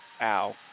Ow